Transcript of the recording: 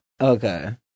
okay